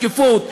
שקיפות,